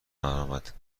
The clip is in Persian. درآمد